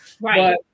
Right